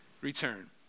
return